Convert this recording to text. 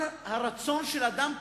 כל הרצון של אדם כמוני,